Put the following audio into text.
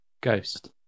Ghost